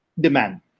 demand